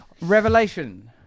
Revelation